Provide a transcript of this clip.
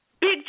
Big